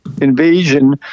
invasion